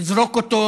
לזרוק אותו